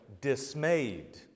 dismayed